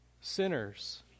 sinners